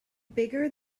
bigger